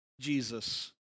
Jesus